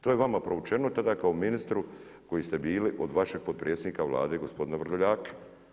To je vama provučeno tada kao ministru koji ste bili od vašeg potpredsjednika Vlade gospodina Vrdoljaka.